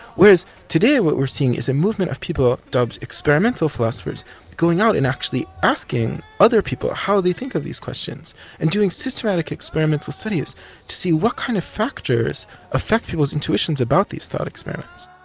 whereas today what we're seeing is a movement of people dubbed experimental philosophers going out and actually asking other people how they think of these questions and doing systematic experimental studies to see what kind of factors affect people's intuitions about these thought experiments.